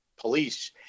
police